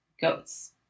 goats